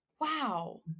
wow